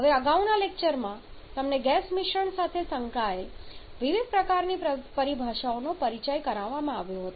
હવે અગાઉના લેક્ચરમાં તમને ગેસ મિશ્રણ સાથે સંકળાયેલ વિવિધ પ્રકારની પરિભાષાઓનો પરિચય કરાવવામાં આવ્યો છે